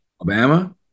Alabama